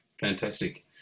fantastic